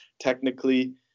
Technically